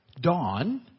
Dawn